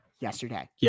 yesterday